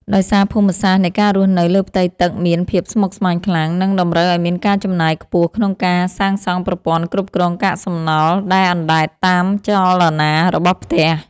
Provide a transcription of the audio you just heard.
ដោយសារភូមិសាស្ត្រនៃការរស់នៅលើផ្ទៃទឹកមានភាពស្មុគស្មាញខ្លាំង និងតម្រូវឱ្យមានការចំណាយខ្ពស់ក្នុងការសាងសង់ប្រព័ន្ធគ្រប់គ្រងកាកសំណល់ដែលអណ្តែតតាមចលនារបស់ផ្ទះ។